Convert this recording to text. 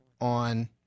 on